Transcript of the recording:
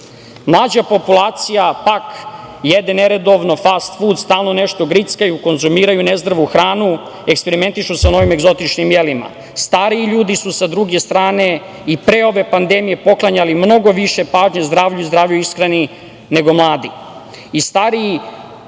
populacija, pak, jede neredovno fast-fud, stalno nešto grickaju, konzumiraju nezdravu hranu, eksperimentišu sa egzotičnim jelima. Stariji ljudi su, sa druge strane, i pre ove pandemije poklanjali mnogo više pažnje i zdravoj ishrani nego mladi.